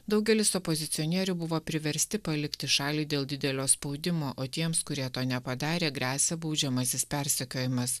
daugelis opozicionierių buvo priversti palikti šalį dėl didelio spaudimo o tiems kurie to nepadarė gresia baudžiamasis persekiojimas